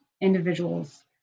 individual's